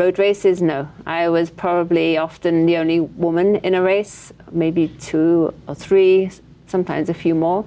road races no i was probably often the only woman in a race maybe two or three sometimes a few more